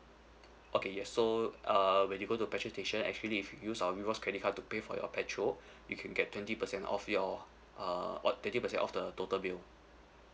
okay yes so uh when you go to petrol station actually if you use our rewards credit card to pay for your petrol you can get twenty percent off your uh what thirty percent of the total bill